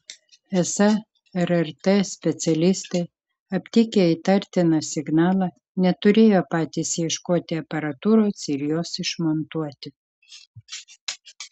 esą rrt specialistai aptikę įtartiną signalą neturėjo patys ieškoti aparatūros ir jos išmontuoti